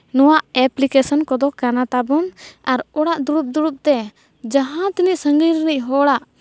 ᱱᱚᱣᱟ ᱮᱯᱞᱤᱠᱮᱥᱮᱱ ᱠᱚᱫᱚ ᱠᱟᱱᱟ ᱛᱟᱵᱚᱱ ᱟᱨ ᱚᱲᱟᱜ ᱫᱩᱲᱩᱵ ᱫᱩᱲᱩᱵ ᱛᱮ ᱡᱟᱦᱟᱸ ᱛᱤᱱᱟᱹᱜ ᱥᱟᱺᱜᱤᱧ ᱨᱤᱱᱤᱡ ᱦᱚᱲᱟᱜ